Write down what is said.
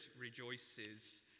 rejoices